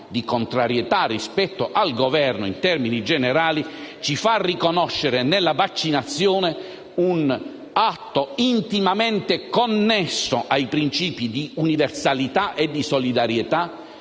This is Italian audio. di contrarietà rispetto al Governo in termini generali, ci fa riconoscere nella vaccinazione un atto intimamente connesso ai principi di universalità e solidarietà,